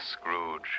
Scrooge